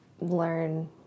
learn